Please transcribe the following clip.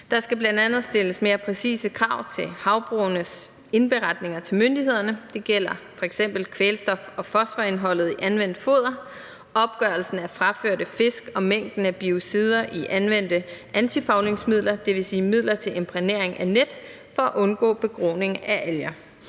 Der skal bl.a. stilles mere præcise krav til havbrugenes indberetninger til myndighederne. Det gælder f.eks. kvælstof- og fosforindholdet i anvendt foder, opgørelsen af fraførte fisk og mængden af biocider i anvendte antifarvningsmidler, dvs. midler til imprægnering af net for at undgå begroning af alger.